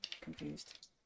confused